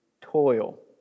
toil